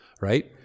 right